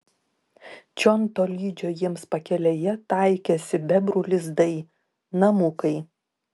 čion tolydžio jiems pakelėje taikėsi bebrų lizdai namukai